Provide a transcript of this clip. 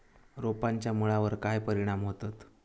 रोपांच्या मुळावर काय परिणाम होतत?